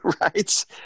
Right